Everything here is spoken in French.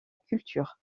culture